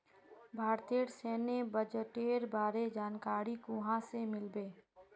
भारतेर सैन्य बजटेर बारे जानकारी कुहाँ से मिल बे